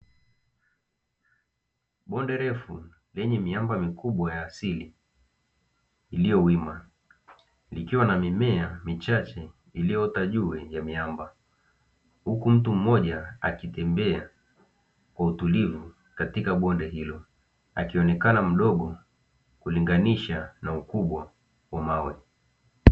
Bonde refu lenye miamba mikubwa ya asili iliyo wima likiwa na mimea michache iliyoota juu ya miamba, huku mtu mmoja akitembea kwa utulivu katika bonde hilo akionekana mdogo kulinganisha na ukubwa wa mawe.